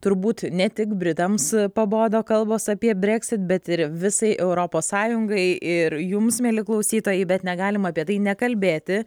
turbūt ne tik britams pabodo kalbos apie brexit bet ir visai europos sąjungai ir jums mieli klausytojai bet negalim apie tai nekalbėti